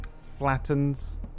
flattens